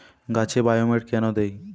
গাছে বায়োমেট কেন দেয়?